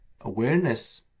awareness